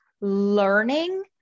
learning